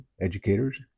educators